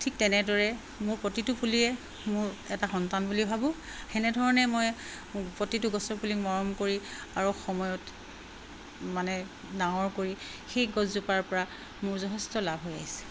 ঠিক তেনেদৰে মোৰ প্ৰতিটো ফুলিয়ে মোৰ এটা সন্তান বুলি ভাবোঁ তেনেধৰণে মই প্ৰতিটো গছৰ পুলি মৰম কৰি আৰু সময়ত মানে ডাঙৰ কৰি সেই গছজোপাৰ পৰা মোৰ যথেষ্ট লাভ হৈ আহিছে